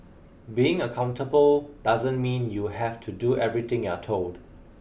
being accountable doesn't mean you have to do everything you're told